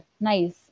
nice